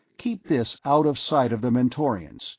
keep this out of sight of the mentorians,